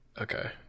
Okay